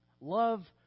Love